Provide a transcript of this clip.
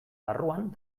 barruan